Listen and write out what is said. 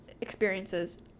experiences